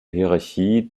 hierarchie